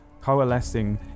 coalescing